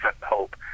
hope